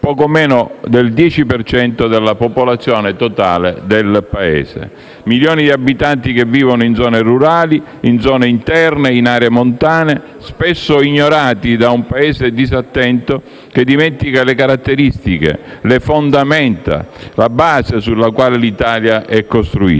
poco meno del 10 per cento della popolazione totale del Paese. Milioni di abitanti che vivono in zone rurali, in zone interne, in aree montane, spesso ignorati da un Paese disattento, che dimentica le caratteristiche, le fondamenta, la base sulla quale l'Italia è costruita.